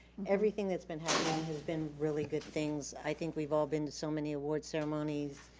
everything that's been happening has been really good things. i think we've all been to so many awards ceremonies,